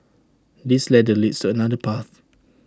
this ladder leads to another path